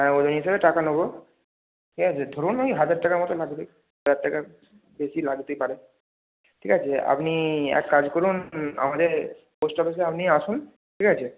হ্যাঁ ওজন হিসেবে টাকা নেবো ঠিক আছে ধরুন ওই হাজার টাকার মতো লাগবে হাজার টাকার বেশি লাগতে পারে ঠিক আছে আপনি এক কাজ করুন আমাদের পোস্ট অফিসে আপনি আসুন ঠিক আছে